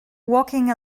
walking